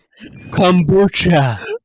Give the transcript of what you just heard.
kombucha